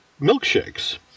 milkshakes